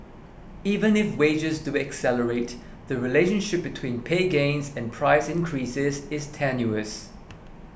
even if wages do accelerate the relationship between pay gains and price increases is tenuous